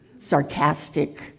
sarcastic